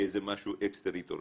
כאיזשהו משהו אקס-טריטוריאלי?